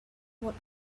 what